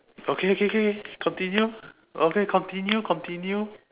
okay okay okay continue okay continue continue